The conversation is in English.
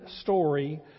story